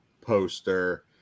poster